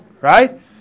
Right